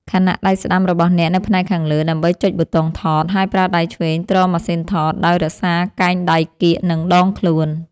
ខណៈដៃស្ដាំរបស់អ្នកនៅផ្នែកខាងលើ ដើម្បីចុចប៊ូតុងថត ហើយប្រើដៃឆ្វេងទ្រម៉ាស៊ីនថតដោយរក្សាកែងដៃគៀក នឹងដងខ្លួន។